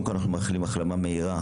אנחנו קודם כל מאחלים החלמה מהירה